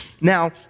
now